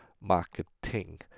marketing